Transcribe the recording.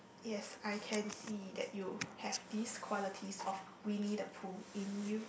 yes I can see that you have these qualities of Winnie the Pooh in you